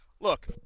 look